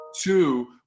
Two